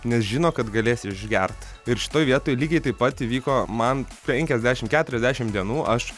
nes žino kad galės išgert ir šitoj vietoj lygiai taip pat įvyko man penkiasdešimt keturiasdešimt dienų aš